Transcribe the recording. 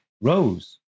Rose